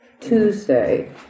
Tuesday